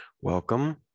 Welcome